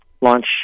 launch